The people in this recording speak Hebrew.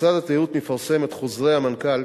משרד התיירות מפרסם את חוזרי המנכ"ל